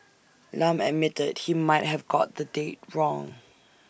Lam admitted he might have got the date wrong